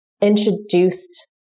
introduced